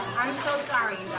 i'm so sorry,